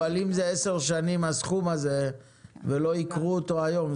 אבל אם זה 10 שנים הסכום הזה ולא יקרו אותו היום,